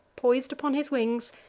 pois'd upon his wings,